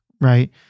right